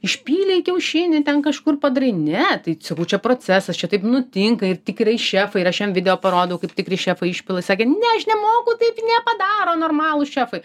išpylei kiaušinį ten kažkur padarei ne tai sakau čia procesas čia taip nutinka ir tikrai šefai ir aš jam video parodau kaip tikri šefai išpila jis sakė aš nemoku taip nepadaro normalūs šefai